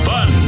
Fun